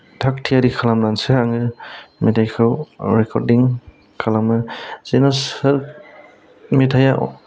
थाग थियारि खालामनानैसो आङो मेथाइखौ रेकर्दिं खालामो जेनबा मेथाइयाव